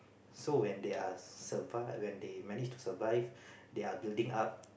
so when they are survive when they managed to survive they are building up